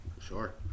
sure